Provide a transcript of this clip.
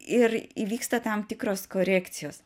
ir įvyksta tam tikros korekcijos